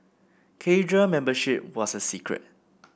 cadre membership was a secret